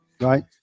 Right